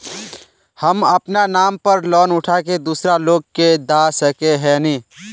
हम अपना नाम पर लोन उठा के दूसरा लोग के दा सके है ने